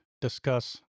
discuss